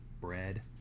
bread